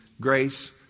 grace